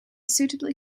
suitably